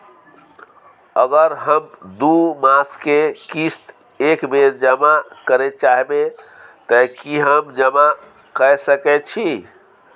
अगर हम दू मास के किस्त एक बेर जमा करे चाहबे तय की हम जमा कय सके छि?